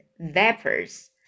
Vapors